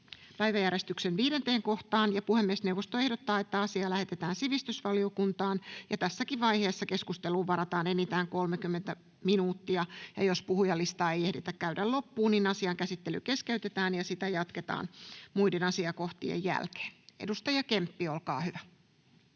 päiväjärjestyksen 5. asia. Puhemiesneuvosto ehdottaa, että asia lähetetään sivistysvaliokuntaan. Keskusteluun varataan tässä vaiheessa enintään 30 minuuttia. Jos puhujalistaa ei tässä ajassa ehditä käydä loppuun, asian käsittely keskeytetään ja sitä jatketaan muiden asiakohtien jälkeen. — Edustaja Kemppi, olkaa hyvä.